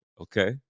Okay